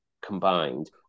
combined